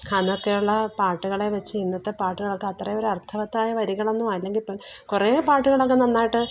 അന്നൊക്കെയുള്ള പാട്ടുകളെ വെച്ച് ഇന്നത്തെ പാട്ടുകള്ക്ക് അത്രയും ഒരു അര്ത്ഥവത്തായ വരികളൊന്നും അല്ലെങ്കിൽ തന്നെ കുറെ പാട്ടുകളൊക്കെ നന്നായിട്ട്